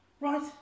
right